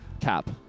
cap